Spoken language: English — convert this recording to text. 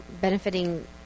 benefiting